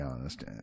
honest